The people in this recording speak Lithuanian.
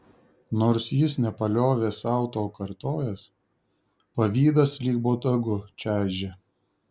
nors jis nepaliovė sau to kartojęs pavydas lyg botagu čaižė